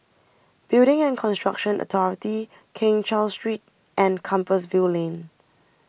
Building and Construction Authority Keng Cheow Street and Compassvale Lane